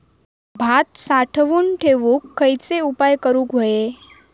भात साठवून ठेवूक खयचे उपाय करूक व्हये?